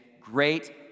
great